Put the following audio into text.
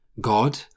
God